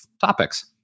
topics